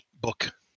book